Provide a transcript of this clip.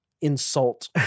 insult